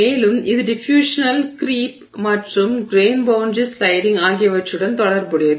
மேலும் இது diffusional creep மற்றும் கிரெய்ன் பௌண்டரி ஸ்லைடிங் ஆகியவற்றுடன் தொடர்புடையது